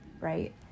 right